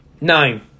nine